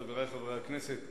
חברי חברי הכנסת,